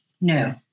no